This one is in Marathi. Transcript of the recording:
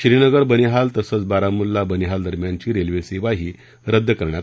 श्रीनगर बनीहाल तसंच बारहमुल्ला बनीहाल दरम्यानची रेल्वे सेवाही रद्द करण्यात आली होती